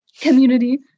community